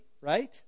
right